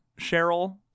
Cheryl